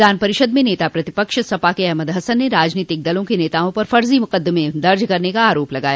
विधान परिषद में नेता प्रतिपक्ष सपा के अहमद हसन ने राजनीतिक दलों के नेताओं पर फर्जी मुकदमें दर्ज करने का आरोप लगाया